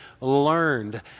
learned